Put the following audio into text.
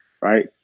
Right